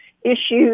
Issues